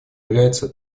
являются